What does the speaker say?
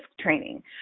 training